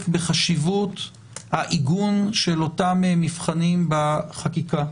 בחשיבות העיגון של אותם מבחנים גם בחקיקה.